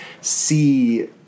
see